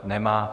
Nemá.